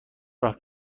راه